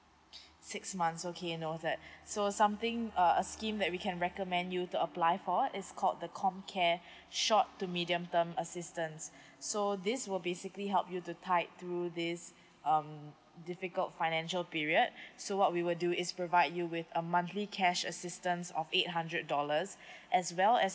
six months okay noted so something uh a scheme that we can recommend you to apply for is called the com care short to medium term assistance so this will basically help you to tide through this um difficult financial period so what we will do is provide you with a monthly cash assistance of eight hundred dollars as well as